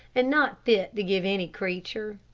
and not fit to give any creature.